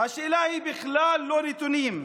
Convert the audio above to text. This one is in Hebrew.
השאלה היא בכלל לא נתונים.